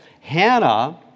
Hannah